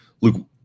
Luke